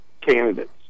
candidates